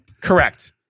Correct